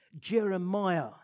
Jeremiah